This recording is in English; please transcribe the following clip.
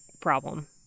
problem